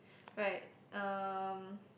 right um